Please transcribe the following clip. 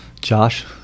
Josh